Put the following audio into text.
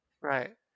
right